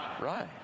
Right